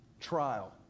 trial